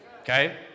Okay